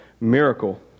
miracle